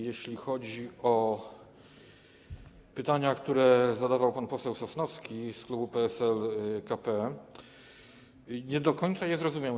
Jeśli chodzi o pytania, które zadawał pan poseł Sosnowski z klubu PSL-KP, to nie do końca je zrozumiałem.